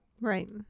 Right